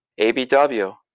ABW